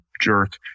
jerk